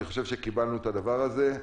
אני חושב שקיבלנו את הדבר הזה.